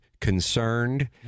concerned